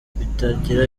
bitagira